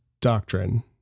doctrine